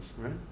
Right